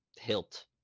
hilt